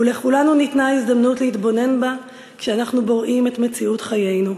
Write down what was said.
ולכולנו ניתנה ההזדמנות להתבונן בה כשאנחנו בוראים את מציאות חיינו.